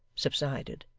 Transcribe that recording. subsided,